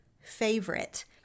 favorite